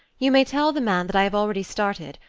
you may tell the man that i have already started.